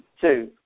Two